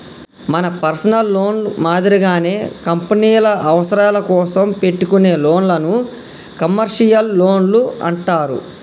మన personal loan మాదిరిగానే కంపెనీల అవసరాల కోసం పెట్టుకునే లోన్లను కమర్షియల్ లోన్లు అంటారు